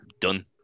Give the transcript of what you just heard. done